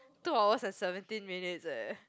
two hours and seventeen minutes leh